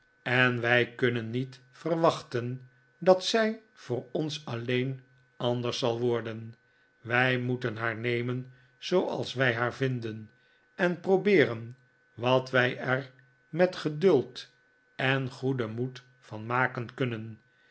en wij kunnen niet verwachten dat zij voor ons alleen anders zal worden wij moeten haar nemen zooals wij haar vinden en probeeren wat wij er met geduld en goeden moed van maken kunnen